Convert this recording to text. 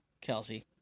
Kelsey